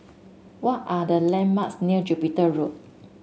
what are the landmarks near Jupiter Road